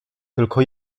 tylko